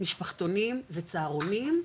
משפחתונים וצהרונים,